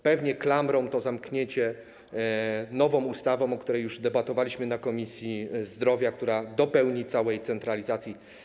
Pewnie klamrą to zamkniecie, nową ustawą, o której już debatowaliśmy w Komisji Zdrowia, która dopełni całej centralizacji.